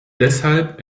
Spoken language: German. deshalb